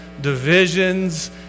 divisions